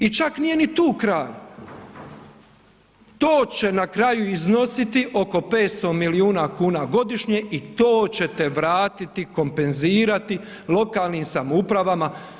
I čak nije ni tu kraj, to će na kraju iznositi oko 500 milijuna kuna i to ćete vrati kompenzirati, lokalnim samoupravama.